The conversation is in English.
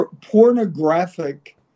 pornographic